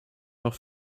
auch